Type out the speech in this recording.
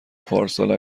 پارسال